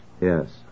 Yes